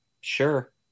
sure